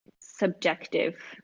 subjective